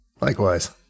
Likewise